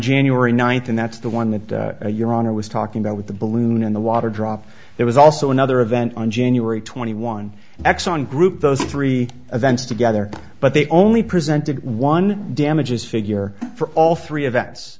january ninth and that's the one that your honor was talking about with the balloon in the water drop there was also another event on january twenty one x on group those three events together but they only presented one damages figure for all three events